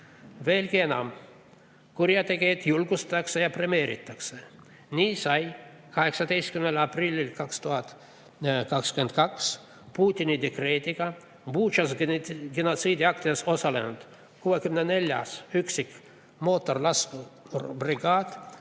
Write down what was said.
Veelgi enam, kurjategijaid julgustatakse ja premeeritakse. Nii sai 18. aprillil 2022 Putini dekreediga Butšas genotsiidiaktides osalenud 64. üksik-mootorlaskurbrigaad